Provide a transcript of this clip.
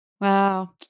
Wow